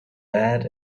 lead